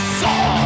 saw